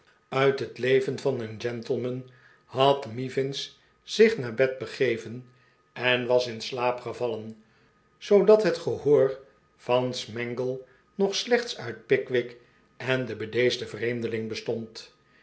uit het leven van een gentleman had mivins zich naar bed begeven en was in slaap gevallen zoodat het gehoor van smangle nog slechts uit pickwick en den bedeesden vreemdeling bestond